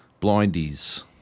blindies